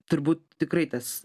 turbūt tikrai tas